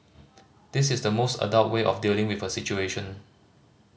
this is the most adult way of dealing with a situation